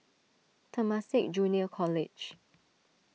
Temasek Junior College